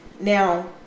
Now